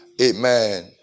amen